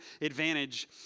advantage